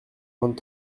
vingt